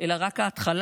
אלא רק ההתחלה.